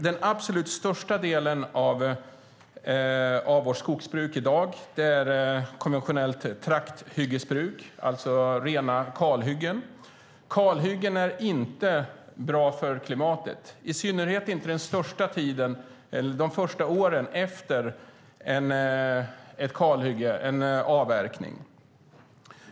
Den absolut största delen av vårt skogsbruk i dag är konventionellt trakthyggesbruk, alltså rena kalhyggen. Kalhyggen är inte bra för klimatet, i synnerhet inte de första åren efter avverkning.